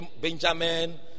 Benjamin